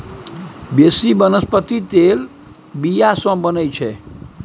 बेसी बनस्पति तेल बीया सँ बनै छै